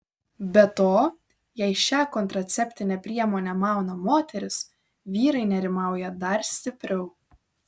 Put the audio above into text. be to jei šią kontraceptinę priemonę mauna moteris vyrai nerimauja dar stipriau